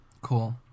Cool